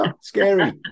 Scary